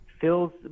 fills